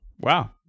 Wow